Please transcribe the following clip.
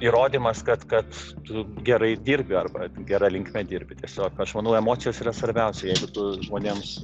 įrodymas kad kad tu gerai dirbi arba gera linkme dirbi tiesiog aš manau emocijos yra svarbiausia jeigu tu žmonėms